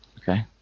Okay